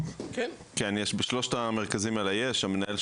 ועושים את זה באמצעות תכלול של כל התחומים: חינוך,